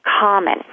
common